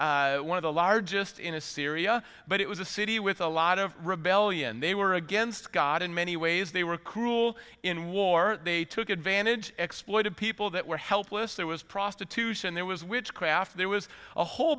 one of the largest in assyria but it was a city with a lot of rebellion they were against god in many ways they were cruel in war they took advantage exploited people that were helpless there was prostitution there was witchcraft there was a whole